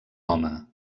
home